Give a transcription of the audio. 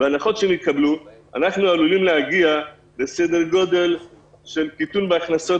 בהנחות שנתקבלו אנחנו עלולים להגיע לקיטון בהכנסות